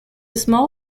small